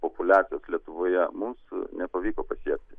populiacijos lietuvoje mūsų nepavyko pasiekti